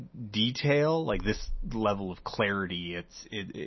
detail, like this level of clarity it's, it's,